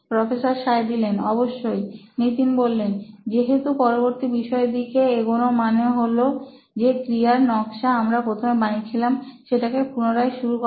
professor অবশ্যই নিতিন যেহেতু পরবর্তী বিষয়ের দিকে এগোনোর মানে হলো যে ক্রিয়ার নকশা আমরা প্রথমে বানিয়েছিলাম সেটাকে পুনরায় শুরু করা